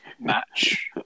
match